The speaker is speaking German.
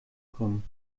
kommen